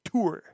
Tour